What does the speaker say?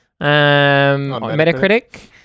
Metacritic